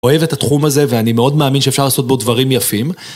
אוהב את התחום הזה, ואני מאוד מאמין שאפשר לעשות בו דברים יפים.